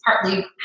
partly